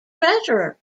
treasurer